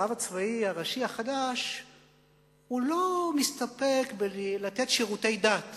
הרב הצבאי הראשי החדש לא מסתפק במתן שירותי דת